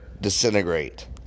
disintegrate